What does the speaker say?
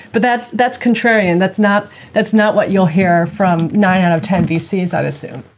but that's that's contrarian. that's not that's not what you'll hear from nine out of ten vcs i assume.